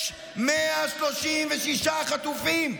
אתה לא מתבייש, יש 136 חטופים שמופקרים